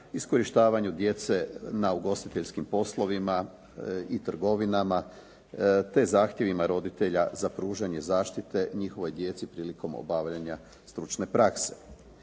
iskorištavanju djece na ugostiteljskim poslovima i trgovinama te zahtjevima roditelja za pružanje zaštite njihovoj djeci prilikom obavljanja stručne prakse.